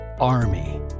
ARMY